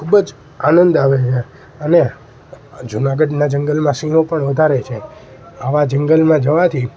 ખૂબ જ આનંદ આવે છે અને જુનાગઢના જંગલમાં સિંહો પણ વધારે છે આવા જંગલમાં જવાથી